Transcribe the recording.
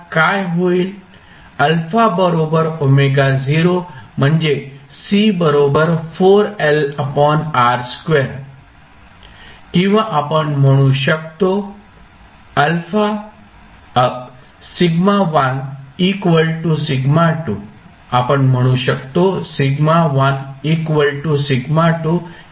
α ω0 म्हणजे किंवा आपण म्हणू शकतो